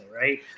right